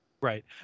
Right